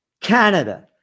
Canada